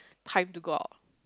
time to go out